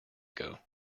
ago